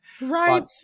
Right